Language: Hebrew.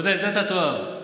את זה אתה תאהב,